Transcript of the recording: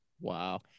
Wow